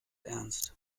ernst